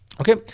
Okay